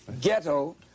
ghetto